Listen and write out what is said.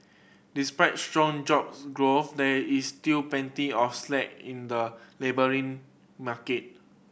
despite strong jobs growth there is still plenty of slack in the labouring market